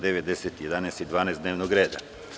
9, 10, 11. i 12. dnevnog reda)